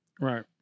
Right